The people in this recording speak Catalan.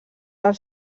del